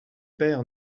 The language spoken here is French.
père